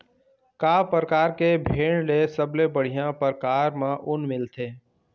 का परकार के भेड़ ले सबले बढ़िया परकार म ऊन मिलथे?